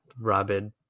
rabid